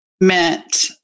meant